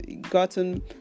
gotten